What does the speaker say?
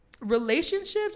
relationships